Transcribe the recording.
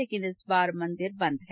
लेकिन इस बार मंदिर बंद हैं